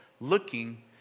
looking